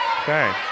Okay